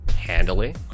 handily